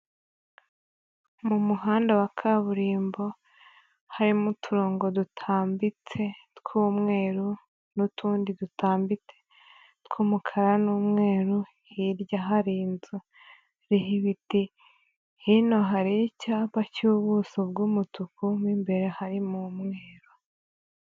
Mu muhanda wa kaburimbo harimo uturongo dutambitse tw'umweru n'utundi dutambitse tw'umukara n'umweru, hirya hari inzu iriho ibiti, hino hari icyapa cy'ubuso bw'umutuku mu imbere harimo umweru.